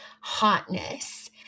hotness